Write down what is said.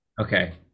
Okay